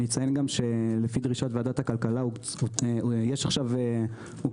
אציין שלפי דרישת ועדת הכלכלה הוקמה ועדה